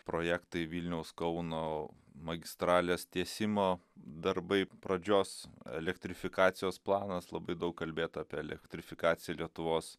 projektai vilniaus kauno magistralės tiesimo darbai pradžios elektrifikacijos planas labai daug kalbėta apie elektrifikaciją lietuvos